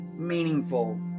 meaningful